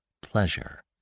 pleasure